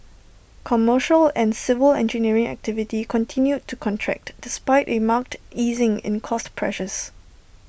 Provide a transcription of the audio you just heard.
commercial and civil engineering activity continued to contract despite A marked easing in cost pressures